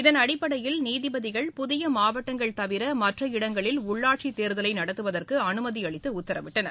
இதன் அடிப்படையில் நீதிபதிகள் புதிய மாவட்டங்கள் தவிர மற்ற இடங்களில் உள்ளாட்சித் தேர்தலை நடத்துவதற்கு அனுமதி அளித்து உத்தரவிட்டனர்